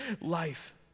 life